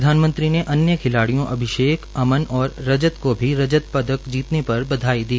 प्रधानमंत्री ने अन्य खिलाड़ियों अभिषेक अमन और रजत को भी रजत पदक जीतने पर बधाई दी